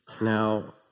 Now